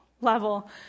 level